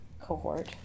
cohort